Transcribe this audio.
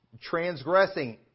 transgressing